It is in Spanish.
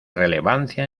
relevancia